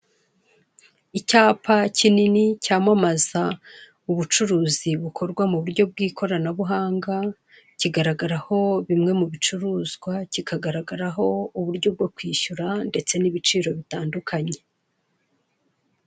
Icyapa kinini cyamamaza ubucuruzi bukorwa muburyo bw'ikoranabuhanga cyigaragaraho bimwe mubicuruzwa kikagaragaraho uburyo bwo kwishyura ndetse nibiciro bitandukanye.